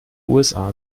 usa